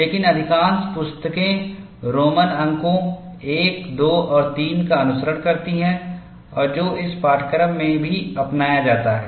लेकिन अधिकांश पुस्तकें रोमन अंकों I II और III का अनुसरण करती हैं और जो इस पाठ्यक्रम में भी अपनाया जाता है